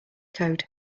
code